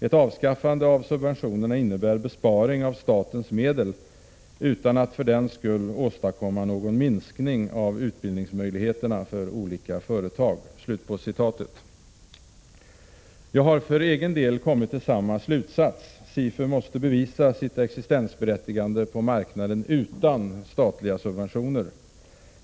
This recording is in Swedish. Ett avskaffande av subventionerna innebär besparing av statens medel utan att för den skull åstadkomma någon minskning av utbildningsmöjligheterna för olika företag.” Jag har för egen del kommit till samma slutsats: SIFU måste bevisa sitt existensberättigande på marknaden utan statliga subventioner!